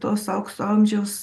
tos aukso amžiaus